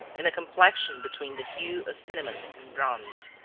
and a complexion between the hue of cinnamon and bronze.